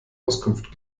auskunft